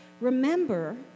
Remember